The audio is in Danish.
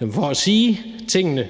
dem for at sige tingene